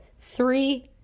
Three